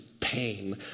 pain